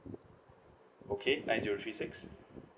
okay nine zero three six